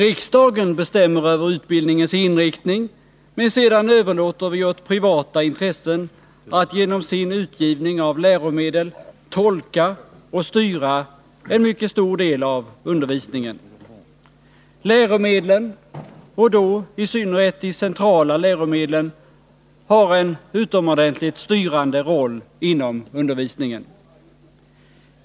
Riksdagen bestämmer över utbildningens inriktning, men sedan överlåter vi åt privata intressen att genom sin utgivning av läromedel tolka och styra en mycket stor del av undervisningen. Läromedlen och då i synnerhet de centrala läromedlen har en utomordentligt styrande roll inom undervisningen.